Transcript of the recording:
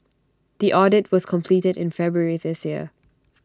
the audit was completed in February this year